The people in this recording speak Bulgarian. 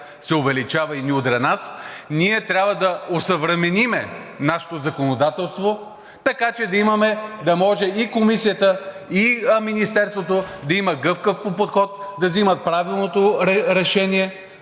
се увеличава и ни удря нас, ние трябва да осъвременим нашето законодателство, така че да може и Комисията, и Министерството да имат гъвкав подход, да вземат правилното решение